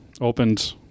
opened